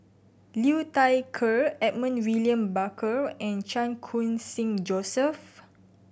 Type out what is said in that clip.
Liu Thai Ker Edmund William Barker and Chan Khun Sing Joseph